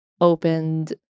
opened